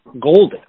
golden